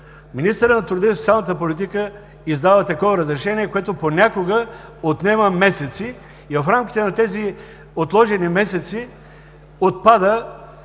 министърът на труда и социалната политика издава такова разрешение, което понякога отнема месеци и в рамките на тези отложени месеци отпада